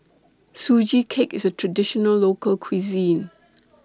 Sugee Cake IS A Traditional Local Cuisine